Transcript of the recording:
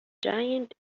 giant